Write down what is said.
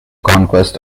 conquest